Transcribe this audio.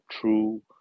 true